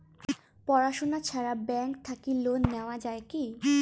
পড়াশুনা ছাড়া ব্যাংক থাকি লোন নেওয়া যায় কি?